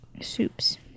Soups